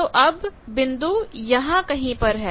तो अब बिंदु यहां कहीं पर है